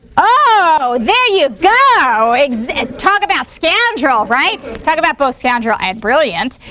oh, there you go. talk about scoundrel, right. talk about both scoundrel and brilliant.